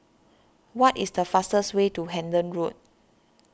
what is the fastest way to Hendon Road